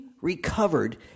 recovered